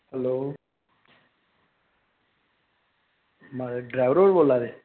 hello महाराज driver होर बोल्ला दे